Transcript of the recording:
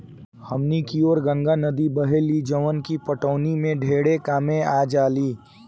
हमनी कियोर गंगा नद्दी बहेली जवन की पटवनी में ढेरे कामे आजाली